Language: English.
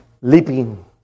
leaping